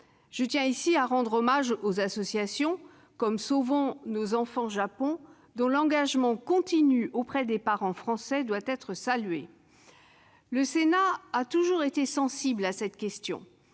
Je tiens à rendre hommage aux associations comme Sauvons nos enfants Japon, dont l'engagement continu auprès des parents français doit être salué. Le Sénat a toujours été sensible à cette question